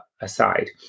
aside